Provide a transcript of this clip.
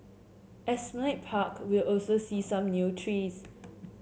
Esplanade Park will also see some new trees